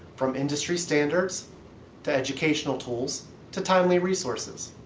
from industry standards to educational tools to timely resources.